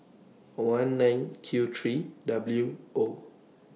one nine Q three W O